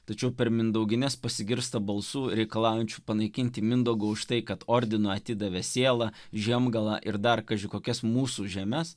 tačiau per mindaugines pasigirsta balsų reikalaujančių panaikinti mindaugą už tai kad ordinui atidavė sielą žiemgalą ir dar kaži kokias mūsų žemes